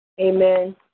Amen